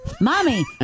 Mommy